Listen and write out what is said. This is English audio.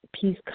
peace